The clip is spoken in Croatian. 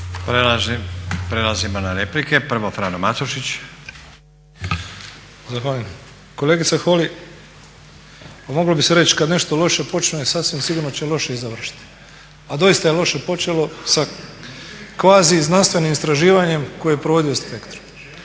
Prelazimo na replike. Prvo Frano Matušić. **Matušić, Frano (HDZ)** Zahvaljujem. Kolegice Holy, pa moglo bi se reći kad nešto loše počne sasvim sigurno će loše i završiti. Pa doista je loše počelo sa kvazi znanstvenim istraživanjem koje je provodio Spektrum.